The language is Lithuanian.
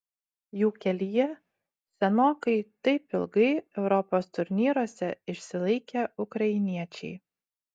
jų kelyje senokai taip ilgai europos turnyruose išsilaikę ukrainiečiai